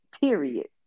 period